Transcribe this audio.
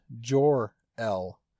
Jor-L